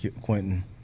Quentin